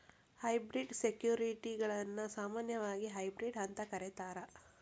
hybrid ಸೆಕ್ಯುರಿಟಿಗಳನ್ನ ಸಾಮಾನ್ಯವಾಗಿ hybrid ಅಂತ ಕರೇತಾರ